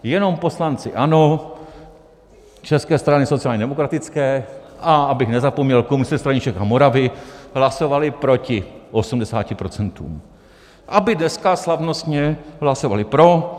Jenom poslanci ANO, České strany sociálně demokratické, a abych nezapomněl, Komunistické strany Čech a Moravy hlasovali proti 80 %, aby dneska slavnostně hlasovali pro.